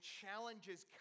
challenges